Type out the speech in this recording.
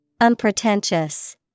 Unpretentious